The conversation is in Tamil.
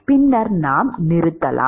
பின்னர் நாம் நிறுத்தலாம்